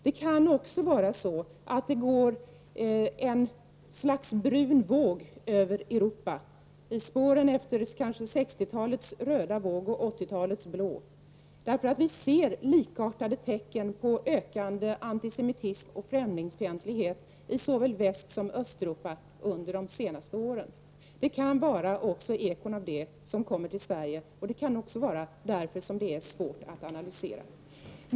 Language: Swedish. Det kan gå en slags brun våg över Europa, i spåren efter 60-talets röda våg och 80-talets blå. Vi har sett likartade tecken på ökande antisemitism och främlingsfientlighet i såväl Västsom Östeuropa under de senaste åren. Det kan vara ekot av det som kommer till Sverige, och det kan vara därför som det är svårt att göra en analys.